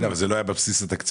אבל זה לא היה בבסיס התקציב?